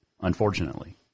unfortunately